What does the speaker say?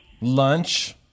Lunch